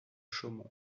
chaumont